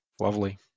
Lovely